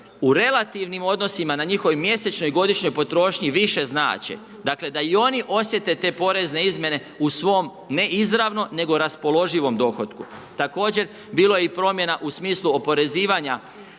u relativnim odnosima na njihovoj mjesečnoj godišnjoj potrošnji više znače. Dakle da i oni osjete te porezne izmjene u svom ne izravno nego raspoloživo dohotku. Također, bilo je i promjena u smislu oporezivanja